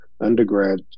undergrad